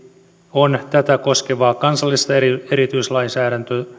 on tätä koskevaa kansallista erityislainsäädäntöä